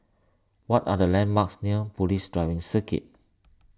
what are the landmarks near Police Driving Circuit